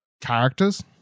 characters